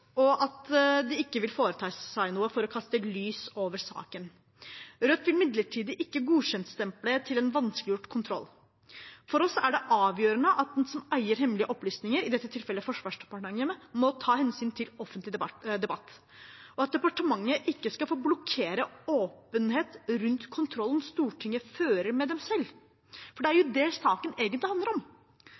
og at de ikke vil foreta seg noe for å kaste lys over saken. Rødt vil imidlertid ikke gi godkjentstempel til en vanskeliggjort kontroll. For oss er det avgjørende at den som eier hemmelige opplysninger, i dette tilfellet Forsvarsdepartementet, må ta hensyn til offentlig debatt, og at departementet ikke skal få blokkere åpenhet rundt kontrollen Stortinget fører med dem selv. For det er jo det saken egentlig handler om.